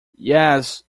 yes